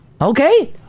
Okay